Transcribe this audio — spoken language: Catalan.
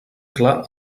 clar